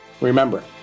Remember